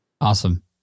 Awesome